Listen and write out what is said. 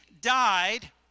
died